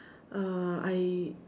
uh I